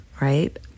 right